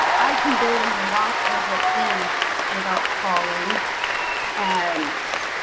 i can barely walk as it is without falling and